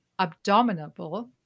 abdominable